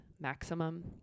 maximum